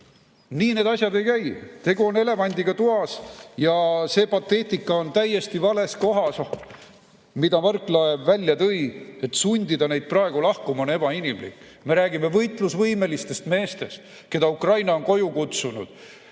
Nii need asjad käi. Tegu on elevandiga toas ja see pateetika on täiesti vales kohas, mida Võrklaev välja tõi, et sundida neid praegu lahkuma on ebainimlik. Me räägime võitlusvõimelistest meestest, keda Ukraina on koju kutsunud